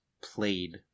played